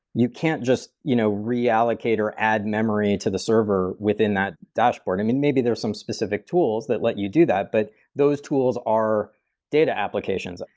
you can't just you know reallocate or add memory to the server within that dashboard. maybe there's some specific tools that let you do that, but those tools are data applications.